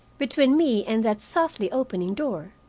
between me and that softly-opening door.